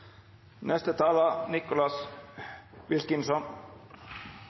Neste replikant er Nicholas Wilkinson.